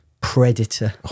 Predator